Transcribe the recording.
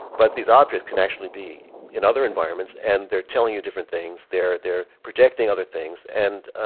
but these objects can actually be in other environments and they're telling you different things they're they're projecting other things. and